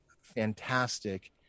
fantastic